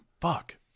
Fuck